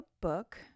book